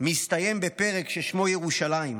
מסתיים בפרק ששמו "ירושלים",